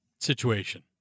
situation